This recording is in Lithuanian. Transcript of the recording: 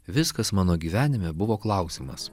viskas mano gyvenime buvo klausimas